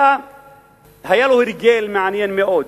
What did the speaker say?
היה לו הרגל מעניין מאוד.